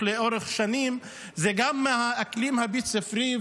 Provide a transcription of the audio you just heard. לאורך שנים זה גם מהאקלים הבית-ספרי,